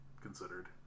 considered